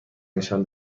نشان